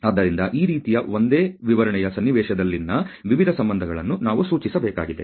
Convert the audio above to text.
ಆದ್ದರಿಂದ ಈ ರೀತಿಯ ಒಂದೇ ವಿವರಣೆಯ ಸನ್ನಿವೇಶದಲ್ಲಿನ ವಿವಿಧ ಸಂಬಂಧಗಳನ್ನು ನಾವು ಸೂಚಿಸಬೇಕಾಗಿದೆ